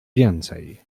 więcej